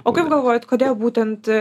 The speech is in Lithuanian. o kaip galvojat kodėl būtent